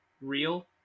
real